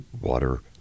water